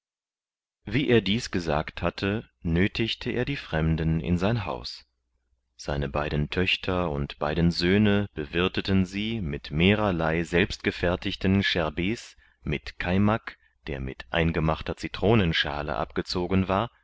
wie er dies gesagt hatte nöthigte er die fremden in sein haus seine beiden töchter und beiden söhne bewirtheten sie mit mehrerlei selbstgefertigten scherbet's mit kaimak der mit eingemachter citronenschale abgezogen war